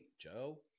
Joe